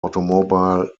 automobile